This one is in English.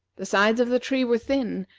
the sides of the tree were thin,